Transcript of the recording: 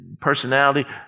personality